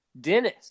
Dennis